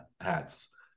hats